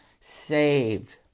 saved